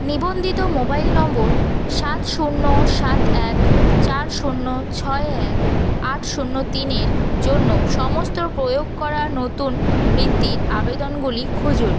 নিবন্ধিত mobile number সাত শূন্য সাত এক চার শূন্য ছয় এক আট শূন্য তিনের জন্য সমস্ত প্রয়োগ করা নতুন বৃত্তির আবেদনগুলি খুঁজুন